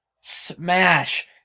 smash